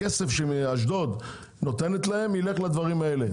הכסף שאשדוד נותנת להם ילך לדברים האלה.